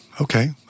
Okay